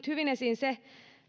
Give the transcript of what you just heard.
hyvin esiin se